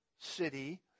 city